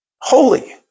Holy